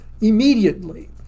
immediately